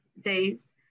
days